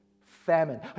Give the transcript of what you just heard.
famine